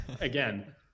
again